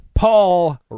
Paul